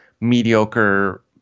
mediocre